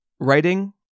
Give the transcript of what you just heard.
writing